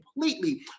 completely